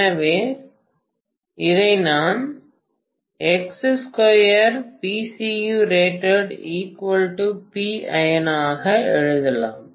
எனவே இதை நான் ஆக எழுதலாம்